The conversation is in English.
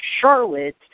Charlotte